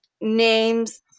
names